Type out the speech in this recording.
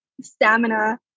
stamina